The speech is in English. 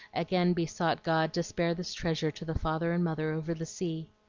again besought god to spare this treasure to the father and mother over the sea.